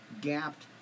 gapped